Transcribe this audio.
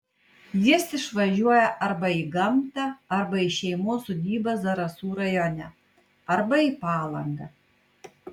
jis išvažiuoja arba į gamtą arba į šeimos sodybą zarasų rajone arba į palangą